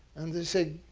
and they said,